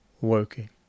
working